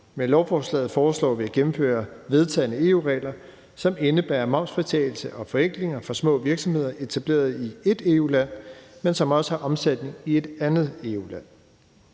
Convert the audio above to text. Med lovforslaget foreslår vi at gennemføre vedtagne EU-regler, som indebærer momsfritagelse og forenklinger for små virksomheder etableret i ét EU-land, men som også har omsætning i et andet EU-land.